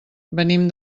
venim